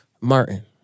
Martin